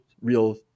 real